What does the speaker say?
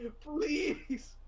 Please